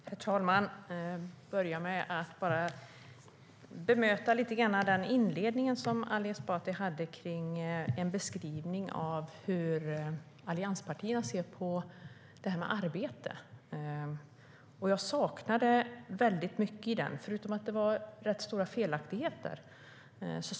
Herr talman! Jag ska börja med att bemöta det som Ali Esbati sade i sin inledning när han beskrev hur allianspartierna ser på arbete. Jag saknade mycket i den beskrivningen, förutom att det var rätt stora felaktigheter.